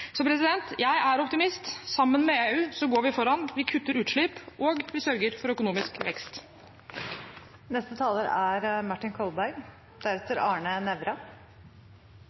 Jeg er optimist. Sammen med EU går vi foran. Vi kutter utslipp, og vi sørger for økonomisk vekst.